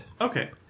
Okay